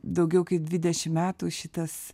daugiau kaip dvidešim metų šitas